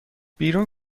بیرون